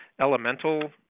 elemental